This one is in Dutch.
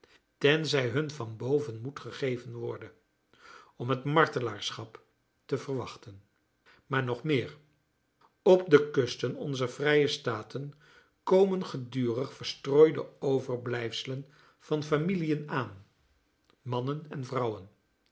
tenzij hun van boven moed gegeven worde om het martelaarschap te verwachten maar nog meer op de kusten onzer vrije staten komen gedurig verstrooide overblijfselen van familiën aan mannen en vrouwen